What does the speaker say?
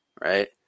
right